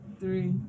three